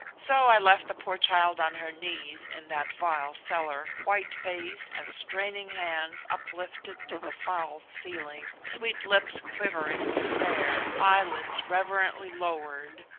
so i left the poor child on her knees in that vile cellar, white face and straining hands uplifted to the foul ceiling, sweet lips quivering with prayer, eyelids reverently lowered,